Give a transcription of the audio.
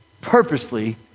purposely